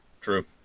True